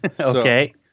Okay